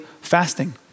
fasting